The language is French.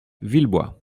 villebois